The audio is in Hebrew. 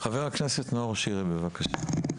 חבר הכנסת נאור שירי, בבקשה.